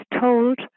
told